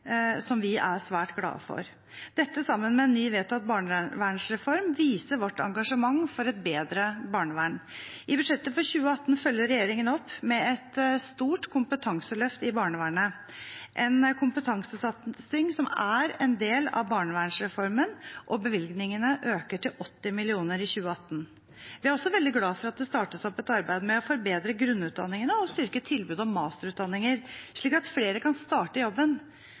som vi er svært glade for. Dette, sammen med en ny, vedtatt barnevernsreform, viser vårt engasjement for et bedre barnevern. I budsjettet for 2018 følger regjeringen opp med et stort kompetanseløft i barnevernet, en kompetansesatsing som er en del av barnevernsreformen, og bevilgningene øker til 80 mill. kr i 2018. Vi er også veldig glade for at det startes opp et arbeid med å forbedre grunnutdanningene og styrke tilbudet om masterutdanninger, slik at flere kan starte i jobben